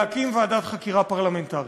להקים ועדת חקירה פרלמנטרית.